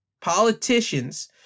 Politicians